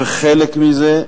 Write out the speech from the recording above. וחלק מזה,